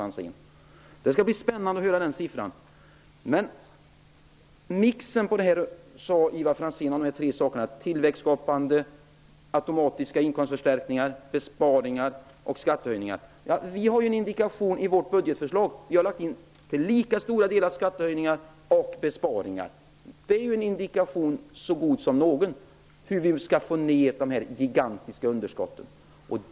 Det skall bli spännande att höra den siffran. Ivar Franzén talade om en mix av tillväxtskapande åtgärder, automatiska inkomstförstärkningar, besparingar och skattehöjningar. Vi har en indikation i vårt budgetförslag. Vi vill ha lika stora delar skattehöjningar och besparingar. Det är ju en indikation så god som någon på hur man skall få ned de gigantiska underskotten.